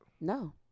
no